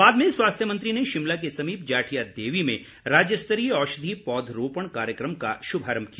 बाद में स्वास्थ्य मंत्री ने शिमला के समीप जाठिया देवी में राज्यस्तरीय औषधीय पौधरोपण कार्यक्रम का शुभारम्भ किया